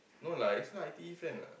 no lah it's not I_T_E friend lah